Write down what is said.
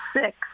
six